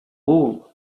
wool